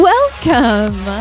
Welcome